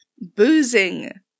boozing